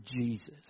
Jesus